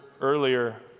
earlier